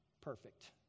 perfect